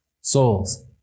souls